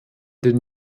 den